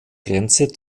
grenze